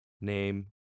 name